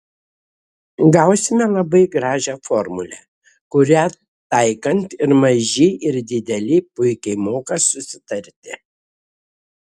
gausime labai gražią formulę kurią taikant ir maži ir dideli puikiai moka susitarti